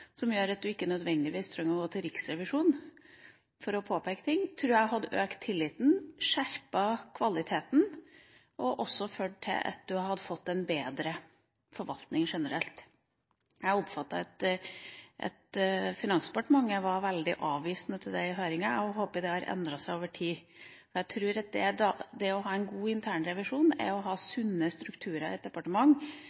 som gjør at man ikke nødvendigvis trenger å gå til Riksrevisjonen for å påpeke ting, tror jeg hadde økt tilliten, skjerpet kvaliteten og også ført til at du hadde fått en bedre forvaltning generelt. Jeg oppfatter at Finansdepartementet var veldig avvisende til det i høringa – jeg håper det har endret seg over tid. Jeg tror at det å ha en god internrevisjon er å ha